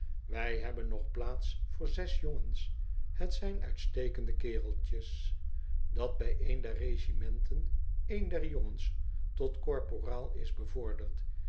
wij hebben nog plaats voor zes jongens het zijn uitstekende kereltjes dat bij een der regimenten een der jongens tot korporaal is